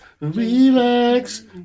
relax